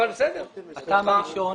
הטעם הראשון